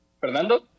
Fernando